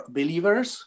believers